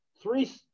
Three